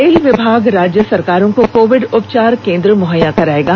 rail विभाग राज्य सरकारों कोविड उपचार केंद्र मुहैया कराएगा